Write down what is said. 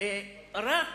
רק